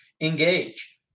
Engage